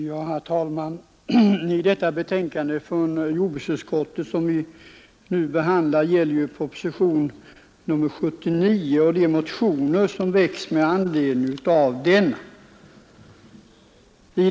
Herr talman! Det betänkande från jordbruksutskottet som vi nu behandlar gäller propositionen 79 och de motioner som väckts med anledning av denna.